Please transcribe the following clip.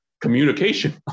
communication